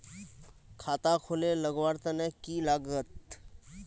खाता खोले लगवार तने की लागत?